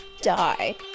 die